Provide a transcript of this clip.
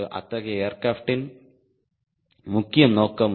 அத்தகைய ஏர்கிராப்டின் முக்கிய நோக்கம் என்ன